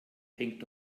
hängt